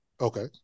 Okay